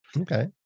Okay